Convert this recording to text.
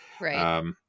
Right